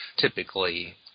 typically